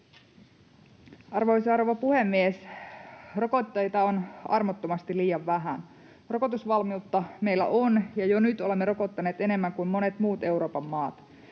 Arvoisa rouva puhemies! Rokotteita on armottomasti liian vähän. Rokotusvalmiutta meillä on, ja jo nyt olemme rokottaneet enemmän kuin monet muut Euroopan maat.